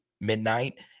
midnight